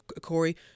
Corey